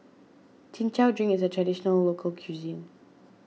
Chin Chow Drink is a Traditional Local Cuisine